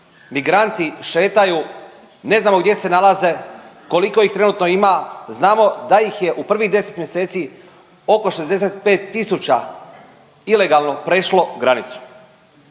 Migranti šetaju, ne znamo gdje se nalaze, koliko ih trenutno ima, znamo da ih je u prvih 10 mjeseci oko 65 tisuća ilegalno prešlo granicu.